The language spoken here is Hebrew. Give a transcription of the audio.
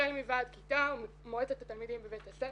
החל מוועד כיתה, מועצת התלמידים בבית הספר,